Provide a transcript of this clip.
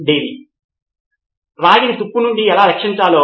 సిద్ధార్థ్ మాతురి మరియు మనం పేరాగ్రాఫ్ గురించి ప్రస్తావించగలమా